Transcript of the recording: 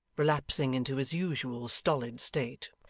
relapsing into his usual stolid state,